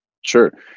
Sure